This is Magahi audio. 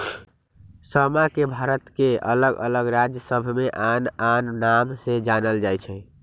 समा के भारत के अल्लग अल्लग राज सभमें आन आन नाम से जानल जाइ छइ